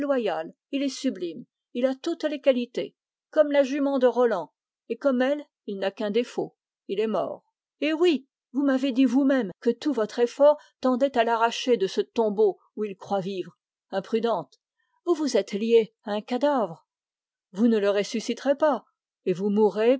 loyal sublime il a toutes les qualités comme la jument de roland et comme elle il n'a qu'un défaut il est mort vous m'avez dit que tout votre effort tendait à l'arracher de ce tombeau où il croit vivre imprudente vous vous êtes liée à un cadavre vous ne le ressusciterez pas et vous mourrez